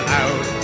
out